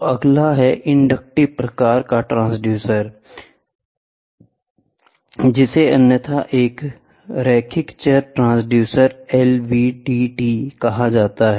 तो अगला एक इंडक्टिव प्रकार का ट्रांसड्यूसर है जिसे अन्यथा एक रैखिक चर ट्रांसड्यूसर LVDT कहा जाता है